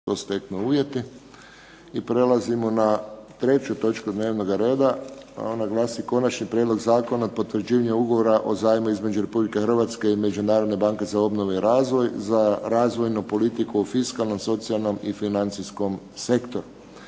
Rasprava je zaključena. Dajem na glasovanje Konačni prijedlog zakona o potvrđivanju Ugovora o zajmu između Republike Hrvatske i Međunarodne banke za obnovu i razvoj za razvojnu politiku u fiskalnom, socijalnom, financijskom sektoru.